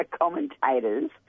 commentators